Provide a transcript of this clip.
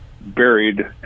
buried